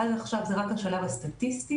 עד עכשיו, זה רק השלב הסטטיסטי.